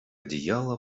одеяло